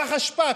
פח אשפה,